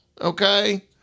okay